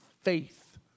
faith